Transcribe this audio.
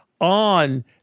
on